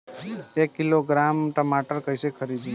एक किलोग्राम टमाटर कैसे खरदी?